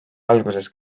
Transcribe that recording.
alguses